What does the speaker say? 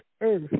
earth